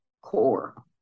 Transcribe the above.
core